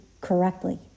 correctly